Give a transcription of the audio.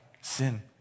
sin